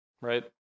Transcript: right